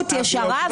עיתונאות ישרה,